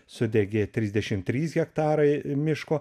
sudegė trisdešim trys hektarai miško